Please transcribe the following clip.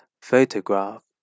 photograph